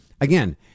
Again